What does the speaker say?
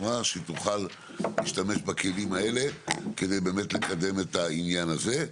שתוכל להשתמש בכלים האלה כדי באמת לקדם את העניין הזה.